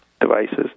devices